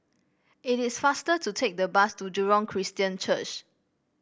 it is faster to take the bus to Jurong Christian Church